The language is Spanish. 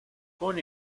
con